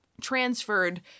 transferred